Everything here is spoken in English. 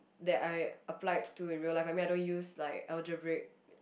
that I applied to in real life I mean I don't use like algebraic